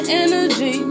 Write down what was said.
energy